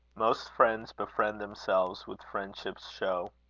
most friends befriend themselves with friendship's show.